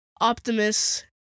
Optimus